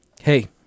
hey